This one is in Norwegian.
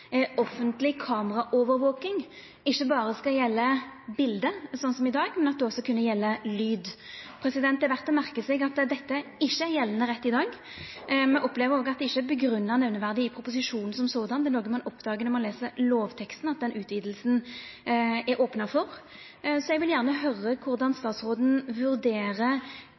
offentleg kameraovervaking ikkje berre skal gjelda bilete, slik som i dag, men at det òg skal kunna gjelda lyd. Det er verdt å merka seg at dette ikkje er gjeldande rett i dag. Me opplever òg at det ikkje er nemneverdig grunngjeve i sjølve proposisjonen; det er noko ein oppdagar når ein les lovteksten, at den utvidinga er opna for. Så eg vil gjerne høyra korleis statsråden vurderer